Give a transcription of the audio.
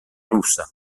russa